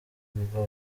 bw’u